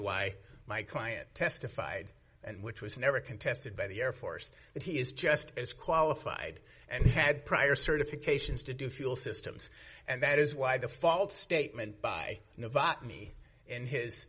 why my client testified and which was never contested by the air force that he is just as qualified and had prior certifications to do fuel systems and that is why the false statement by no bought me and his